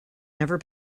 never